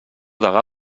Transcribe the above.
degà